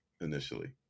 initially